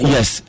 Yes